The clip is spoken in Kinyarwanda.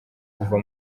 kuva